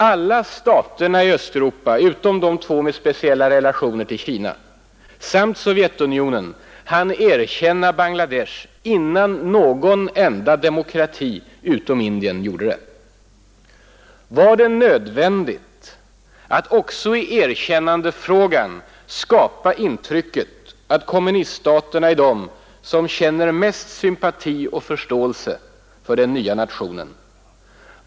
Alla staterna i Östeuropa — utom de två med speciella relationer till Kina — samt Sovjetunionen hann erkänna Bangladesh innan någon enda demokrati gjorde det. Var det nödvändigt att också i erkännandefrågan skapa intrycket att kommuniststaterna är de som känner mest sympati och förståelse för den nya nationen?